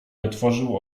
otworzył